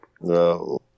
No